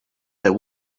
there